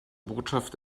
botschaft